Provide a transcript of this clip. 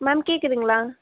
ma'am கேட்குதுங்களா